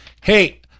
Hey